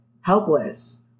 helpless